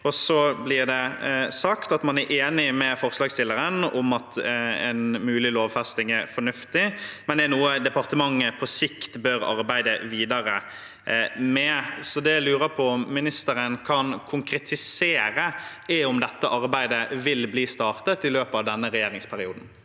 at en er enig med forslagsstilleren om at en mulig lovfesting er fornuftig, men er noe departementet bør arbeid videre med på sikt. Det jeg lurer på om ministeren kan konkretisere, er om dette arbeidet vil bli startet i løpet av denne regjeringsperioden.